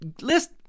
List